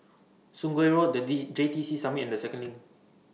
Sungei Road The D J T C Summit and The Second LINK